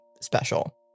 special